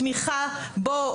תמיכה בו,